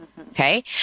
Okay